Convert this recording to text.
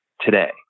today